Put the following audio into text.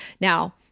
now